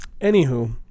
Anywho